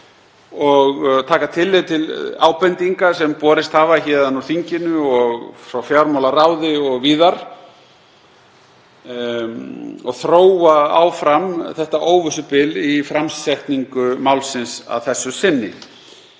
og taka tillit til ábendinga sem borist hafa héðan úr þinginu og frá fjármálaráði og víðar og þróa áfram þetta óvissubil í framsetningu málsins að þessu sinni.